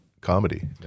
comedy